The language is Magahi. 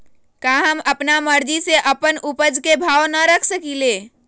का हम अपना मर्जी से अपना उपज के भाव न रख सकींले?